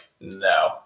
no